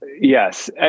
Yes